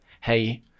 hey